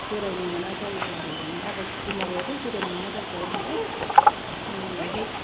जिरायनो मोना जायो आरो आबाद खिथि मावग्रायाथ' जिरायनो मोना जाखायो नालाय जोङो बेहाय